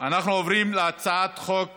להצעת חוק